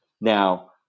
Now